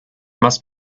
must